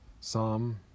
Psalm